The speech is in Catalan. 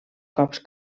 cops